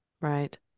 right